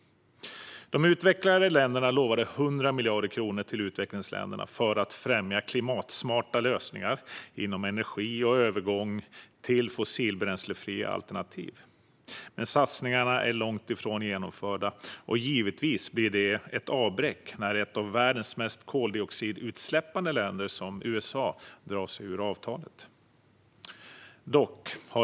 De utvecklade länderna lovade 100 miljarder kronor till utvecklingsländerna för att främja klimatsmarta lösningar inom energi och övergång till fossilbränslefria alternativ. Satsningarna är dock långt ifrån genomförda, och givetvis blir det ett avbräck när ett av världens mest koldioxidutsläppande länder som USA drar sig ur avtalet.